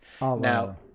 Now